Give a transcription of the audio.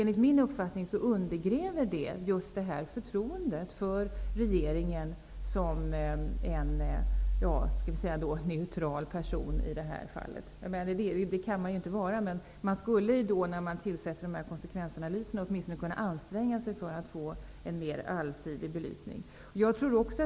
Enligt min uppfattning undergräver detta förtroendet för regeringen som är neutral i detta fall. Det kan man i och för sig inte vara. Men när regeringen tillsätter dessa konsekvensutredningar kunde den åtminstone anstränga sig att få en mer allsidig belysning.